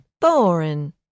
boring